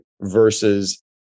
versus